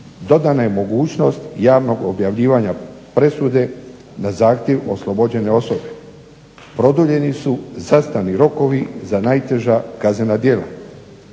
dodana je mogućnost javnog objavljivanja presude na zahtjev oslobođene osobe, produljeni su zastarni rokovi za najteža kaznena djela.